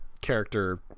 character